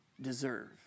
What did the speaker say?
deserve